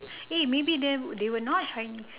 eh maybe they they were not chinese